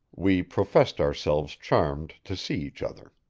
we professed ourselves charmed to see each other.